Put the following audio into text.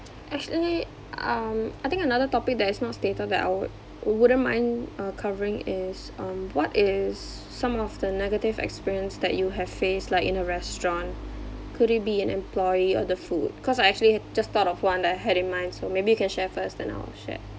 actually um I think another topic that is not stated that I would wouldn't mind uh covering is um what is some of the negative experience that you have faced like in a restaurant could it be an employee or the food cause I actually just thought of one that I had in mind so maybe you can share first then I'll share